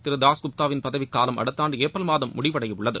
திரு தாஸ் குப்தாவின் பதவிகாலம் அடுத்தாண்டு ஏப்ரல் மாதம் முடிவடைய உள்ளது